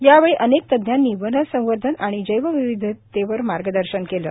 यावेळी अनेक तज्ञांनी वन संवर्धन आणि जैवविविधतेवर मार्गदर्शन केलं